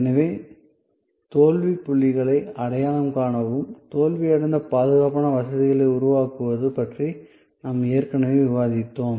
எனவே தோல்விப் புள்ளிகளை அடையாளம் காணவும் தோல்வியடைந்த பாதுகாப்பான வசதிகளை உருவாக்குவது பற்றி நாம் ஏற்கனவே விவாதித்தோம்